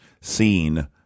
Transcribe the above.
seen